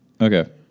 okay